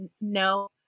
no